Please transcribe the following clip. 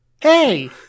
hey